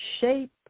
shape